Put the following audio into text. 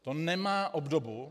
To nemá obdobu.